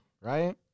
Right